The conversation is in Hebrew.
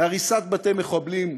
הריסת בתי מחבלים,